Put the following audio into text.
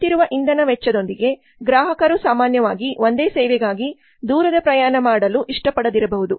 ಹೆಚ್ಚುತ್ತಿರುವ ಇಂಧನ ವೆಚ್ಚದೊಂದಿಗೆ ಗ್ರಾಹಕರು ಸಾಮಾನ್ಯವಾಗಿ ಒಂದೇ ಸೇವೆಗಾಗಿ ದೂರದ ಪ್ರಯಾಣ ಮಾಡಲು ಇಷ್ಟಪಡದಿರಬಹುದು